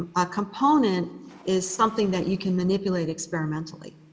um a component is something that you can manipulate experimentally.